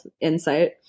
insight